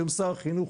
היום שר החינוך,